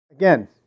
Again